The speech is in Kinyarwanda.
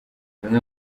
bimwe